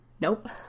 Nope